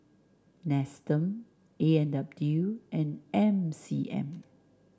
Nestum A and W and M C M